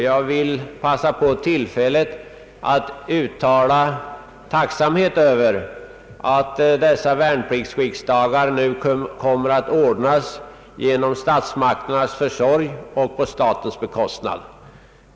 Jag vill begagna tillfället att uttala tacksamhet över att värnpliktsriksdagar nu kommer att ordnas genom statsmakternas försorg och på statens bekostnad.